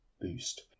boost